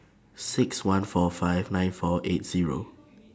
six one four five nine four eight Zero